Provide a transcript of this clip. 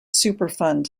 superfund